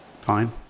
Fine